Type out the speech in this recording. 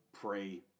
pray